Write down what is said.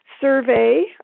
survey